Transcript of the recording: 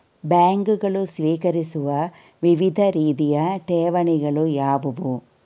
ಬ್ಯಾಂಕುಗಳು ಸ್ವೀಕರಿಸುವ ವಿವಿಧ ರೀತಿಯ ಠೇವಣಿಗಳು ಯಾವುವು?